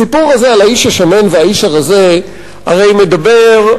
הסיפור הזה על האיש השמן והאיש הרזה הרי מדבר,